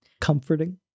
comforting